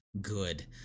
Good